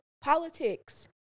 politics